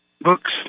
books